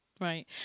right